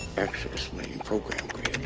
access main program